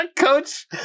coach